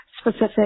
specific